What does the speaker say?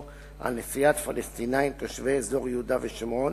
נסיעת פלסטינים תושבי אזור יהודה ושומרון